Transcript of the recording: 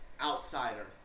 outsider